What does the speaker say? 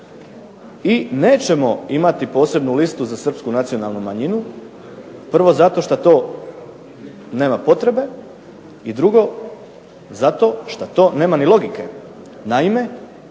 i nećemo imati posebnu listu za srpsku nacionalnu manjinu, prvo zato šta to nema potrebe, i drugo zato šta to nema ni logike.